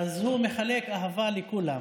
אז הוא מחלק אהבה לכולם,